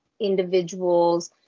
individuals